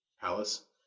palace